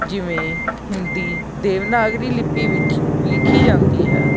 ਜਿਵੇਂ ਹਿੰਦੀ ਦੇਵਨਾਗਰੀ ਲਿਪੀ ਵਿੱਚ ਲਿਖੀ ਜਾਂਦੀ ਹੈ